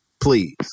Please